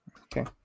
Okay